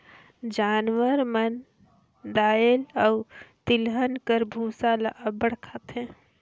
जानवर मन दाएल अउ तिलहन कर बूसा ल अब्बड़ खाथें